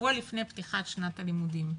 שבוע לפני פתיחת שנת הלימודים.